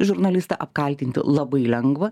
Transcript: žurnalistą apkaltinti labai lengva